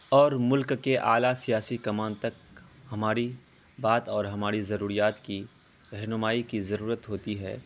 اور ملک کے اعلی سیاسی کمان تک ہماری بات اور ہماری ضروریات کی رہنمائی کی ضرورت ہوتی ہے